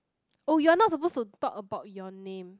oh you're not supposed to talk about your name